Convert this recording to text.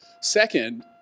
Second